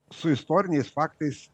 su istoriniais faktais